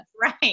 Right